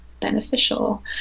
beneficial